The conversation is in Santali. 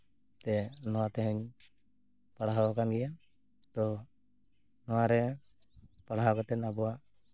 ᱛᱮ ᱱᱚᱣᱟ ᱛᱮᱦᱮᱧ ᱯᱟᱲᱦᱟᱣ ᱠᱟᱱ ᱜᱮᱭᱟ ᱛᱚ ᱱᱚᱣᱟᱨᱮ ᱯᱟᱲᱦᱟᱣ ᱠᱟᱛᱮ ᱟᱵᱚᱣᱟᱜ